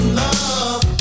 love